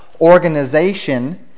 organization